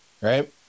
right